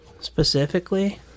Specifically